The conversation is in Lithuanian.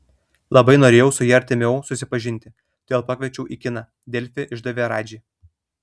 labai norėjau su ja artimiau susipažinti todėl pakviečiau į kiną delfi išdavė radži